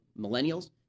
millennials